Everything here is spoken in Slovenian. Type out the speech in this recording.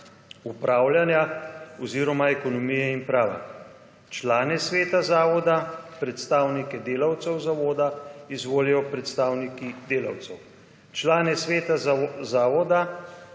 upravljanja oziroma ekonomije in prava. Člane sveta zavoda, predstavnike delavcev zavoda izvolijo predstavniki delavcev. Člane sveta zavoda,